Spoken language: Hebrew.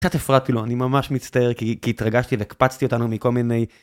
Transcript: קצת הפרעתי לו, אני ממש מצטער, כי התרגשתי והקפצתי אותנו מכל מיני...